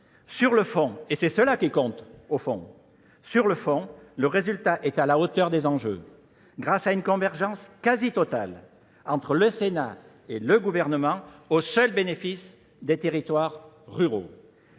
sur le fond, et c'est cela qui compte au fond, le résultat est à la hauteur des enjeux grâce à une convergence quasi totale entre le Sénat et le gouvernement au seul bénéfice des territoires ruraux.